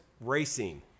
racing